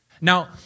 now